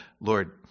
Lord